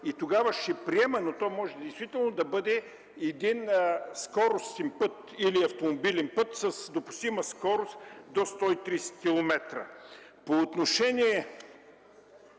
Тогава ще приема, но може да бъде скоростен или автомобилен път с допустима скорост до 130 км.